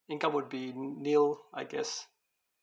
income would be n~ nil I guess